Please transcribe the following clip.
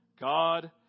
God